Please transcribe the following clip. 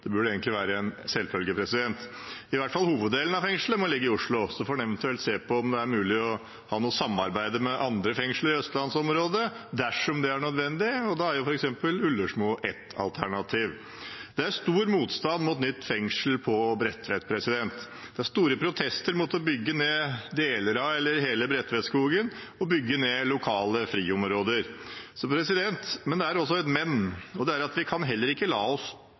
Det burde egentlig være en selvfølge. I hvert fall må hoveddelen av fengselet ligge i Oslo, og så får en eventuelt se på om det er mulig å ha noe samarbeid med andre fengsler i østlandsområdet dersom det er nødvendig. Da er f.eks. Ullersmo et alternativ. Det er stor motstand mot et nytt fengsel på Bredtvet. Det er store protester mot å bygge ned deler av eller hele Bredtvetskogen og bygge ned lokale friområder. Men det er også et men, og det er at vi heller ikke kan la oss